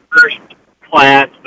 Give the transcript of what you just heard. first-class